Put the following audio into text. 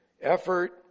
effort